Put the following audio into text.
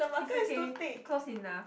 it's okay close enough